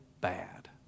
bad